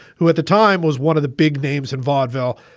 who at the time was one of the big names in vaudeville.